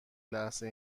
لحظه